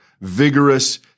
vigorous